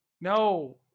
No